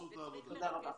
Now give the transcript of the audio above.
תודה רבה.